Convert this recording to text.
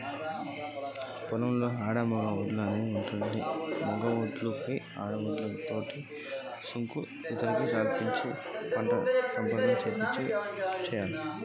పొలంలో మగ ఆడ కు సంబంధించిన పంటలలో కృత్రిమ పరంగా సంపర్కం చెయ్యడం ఎట్ల?